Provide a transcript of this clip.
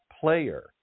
player